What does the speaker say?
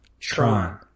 tron